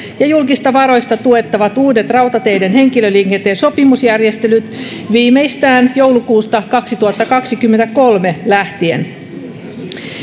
ja julkisista varoista tuettavat uudet rautateiden henkilöliikenteen sopimusjärjestelyt viimeistään joulukuusta kaksituhattakaksikymmentäkolme lähtien